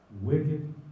wicked